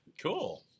Cool